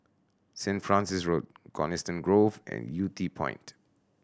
Saint Francis Road Coniston Grove and Yew Tee Point